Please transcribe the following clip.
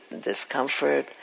discomfort